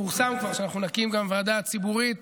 פורסם כבר שאנחנו נקים גם ועדה ציבורית